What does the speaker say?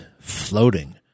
floating